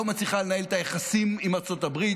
לא מצליחה לנהל את היחסים עם ארצות הברית,